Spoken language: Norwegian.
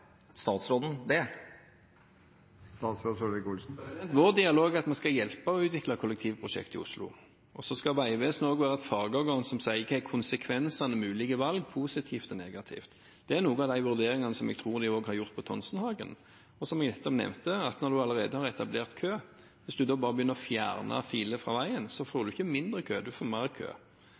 statsråden det? Vår dialog er om at vi skal hjelpe til med å utvikle kollektivprosjekter i Oslo. Så skal Vegvesenet også være et fagorgan som sier hva konsekvensene er av mulige valg, positive og negative. Det er noen av de vurderingene som jeg tror de også har gjort på Tonsenhagen. Og som jeg nettopp nevnte: Når det allerede er etablert kø, og hvis en så bare begynner å fjerne filer fra veien, får en ikke mindre kø, en får mer kø.